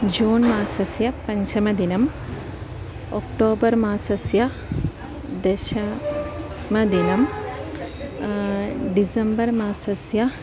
जून् मासस्य पञ्चमदिनम् ओक्टोबर् मासस्य दशमदिनं डिसेम्बर् मासस्य